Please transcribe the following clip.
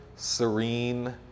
Serene